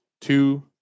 two